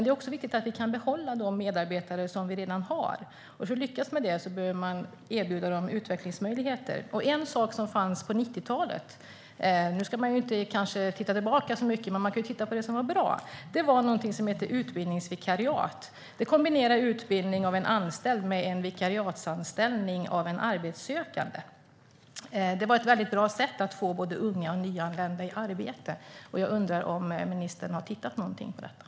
Det är viktigt att vi kan behålla de medarbetare vi redan har, och för att lyckas med det behöver utvecklingsmöjligheter erbjudas. Man kanske inte ska titta tillbaka så mycket, men man kan se på det som var bra. På 90-talet fanns något som hette utbildningsvikariat, där utbildning av en anställd kombinerades med en vikariatsanställning för en arbetssökande. Det var ett bra sätt att få både unga och nyanlända i arbete, och jag undrar om ministern har tittat något på detta.